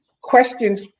Questions